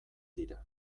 dira